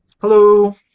Hello